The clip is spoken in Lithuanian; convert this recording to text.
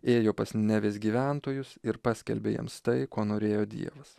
ėjo pas nevis gyventojus ir paskelbė jiems tai ko norėjo dievas